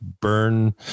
burn